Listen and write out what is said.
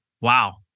Wow